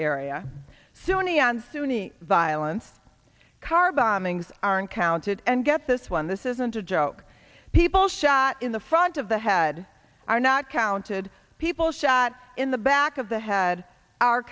area sunni and sunni violence car bombings aren't counted and get this one this isn't a joke people shot in the front of the head are not counted people shot in the back of the head are